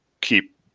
keep